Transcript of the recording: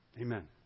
Amen